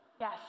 Yes